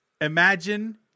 imagine